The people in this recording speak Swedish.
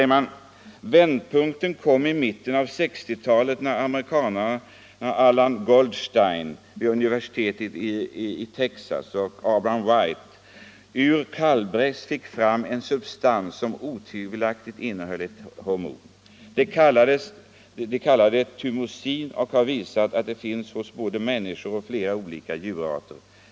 Vändpunkten kom i mitten av sextiotalet när amerikanerna Allan Goldstein och Abraham White ur kalvbräss fick fram en substans som otvivelaktigt innehöll ett hormon. De kallade det thymosin och har visat att det finns hos både människa och flera olika djurarter.